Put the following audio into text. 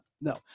no